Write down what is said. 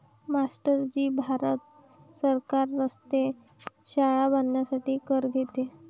master ji Bharat सरकार रस्ते, शाळा बांधण्यासाठी कर घेते